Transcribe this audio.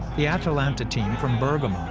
the atalanta team from bergamo,